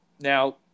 Now